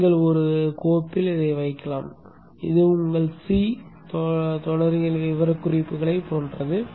நீங்கள் ஒரு கோப்பில் வைக்கலாம் இது உங்கள் சி தொடரியல் விவரக்குறிப்புகளைப் போன்றது